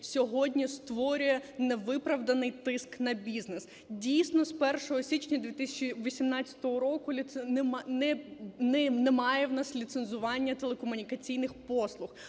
сьогодні створює невиправданий тиск на бізнес. Дійсно, з 1 січня 2018 року немає в нас ліцензування телекомунікаційних послуг,